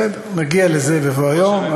בסדר, נגיע לזה בבוא היום.